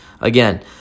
Again